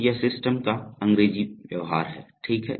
तो यह सिस्टम का अंग्रेजी व्यवहार है ठीक है